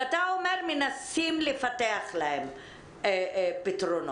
ואתה אומר שמנסים לפתח להם פתרונות.